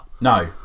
no